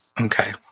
Okay